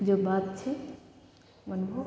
जे बात छै बनबहो